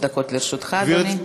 שלוש דקות לרשותך, אדוני.